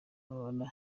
amabara